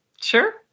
Sure